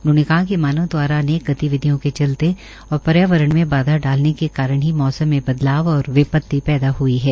उन्होंने कहा कि मानव दवारा अनेक गतिविधियों के चलते और पर्यावरण में बाधा डालने के कारण ही मौसम में बदलाव और विपत्ति पैदा हुई है